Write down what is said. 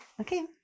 Okay